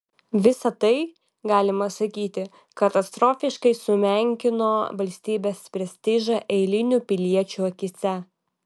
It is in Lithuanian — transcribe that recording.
visa tai galima sakyti katastrofiškai sumenkino valstybės prestižą eilinių piliečių akyse